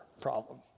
problem